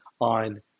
on